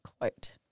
quote